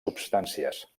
substàncies